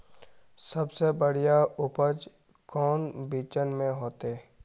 सबसे बढ़िया उपज कौन बिचन में होते?